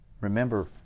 remember